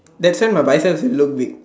that's sand my biceps will look big